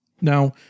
Now